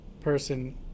person